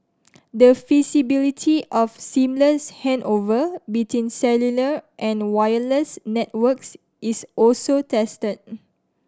the feasibility of seamless handover between cellular and wireless networks is also tested